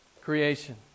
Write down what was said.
creation